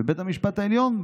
ובית המשפט העליון,